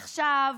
עכשיו,